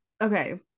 okay